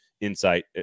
Insight